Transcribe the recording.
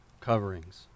coverings